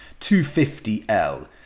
250l